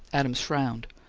adams frowned.